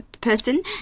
person